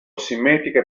simmetriche